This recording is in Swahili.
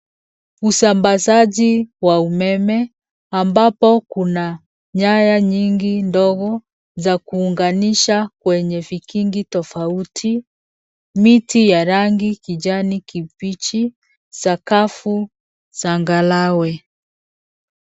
Usambazaji wa umeme ambapo kuna nyaya nyingi ndogo za kuunganisha kwenye vikingi tofauti. Miti ya rangi kijani kibichi. Sakafu changarawe.